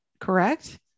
Correct